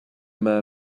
man